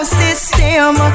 system